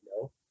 no